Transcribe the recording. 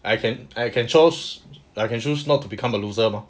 I can I can choose I can choose not to become a loser mah